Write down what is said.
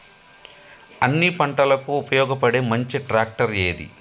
అన్ని పంటలకు ఉపయోగపడే మంచి ట్రాక్టర్ ఏది?